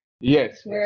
Yes